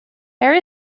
there